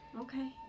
Okay